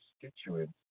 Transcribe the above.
constituents